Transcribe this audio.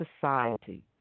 society